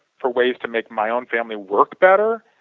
for ways to make my own family work better.